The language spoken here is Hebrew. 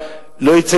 שיהיה